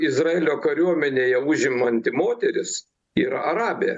izraelio kariuomenėje užimanti moteris yra arabė